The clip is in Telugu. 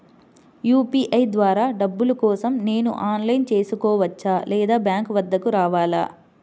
యూ.పీ.ఐ ద్వారా డబ్బులు కోసం నేను ఆన్లైన్లో చేసుకోవచ్చా? లేదా బ్యాంక్ వద్దకు రావాలా?